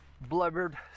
blubbered